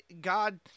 God